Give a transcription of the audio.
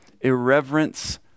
irreverence